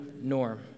norm